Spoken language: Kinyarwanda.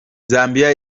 zambia